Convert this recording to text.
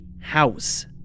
house